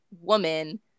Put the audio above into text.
woman